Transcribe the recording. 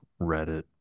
reddit